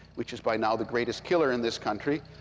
which is by now the greatest killer in this country.